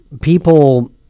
people